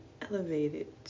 elevated